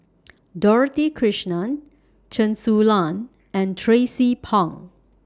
Dorothy Krishnan Chen Su Lan and Tracie Pang